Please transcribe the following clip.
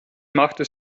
machte